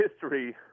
history